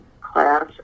class